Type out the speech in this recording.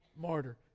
martyr